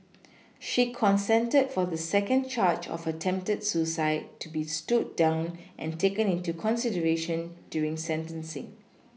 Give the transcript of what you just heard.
she consented for the second charge of attempted suicide to be stood down and taken into consideration during sentencing